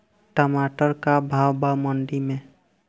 टमाटर का भाव बा मंडी मे?